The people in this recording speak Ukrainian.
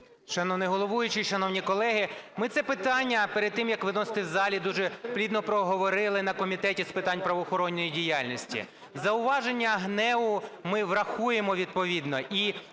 Шановний головуючий, шановні колеги, ми це питання перед тим, як виносити в залі, дуже плідно проговорили на Комітеті з питань правоохоронної діяльності. Зауваження ГНЕУ ми врахуємо відповідно. І хочу